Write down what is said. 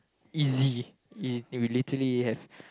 easy you literally have